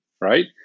right